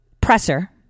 presser